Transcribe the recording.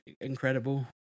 incredible